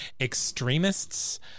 extremists